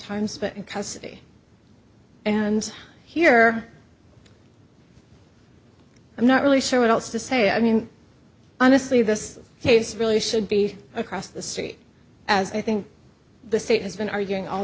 spent in custody and here i'm not really sure what else to say i mean honestly this case really should be across the street as i think the state has been arguing all